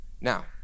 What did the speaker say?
Now